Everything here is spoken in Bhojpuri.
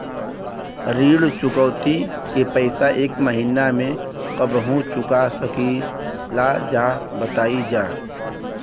ऋण चुकौती के पैसा एक महिना मे कबहू चुका सकीला जा बताईन जा?